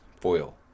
foil